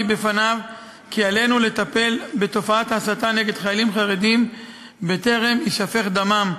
בפניו כי עלינו לטפל בתופעת ההסתה נגד חיילים חרדים בטרם יישפך דמם,